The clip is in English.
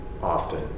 often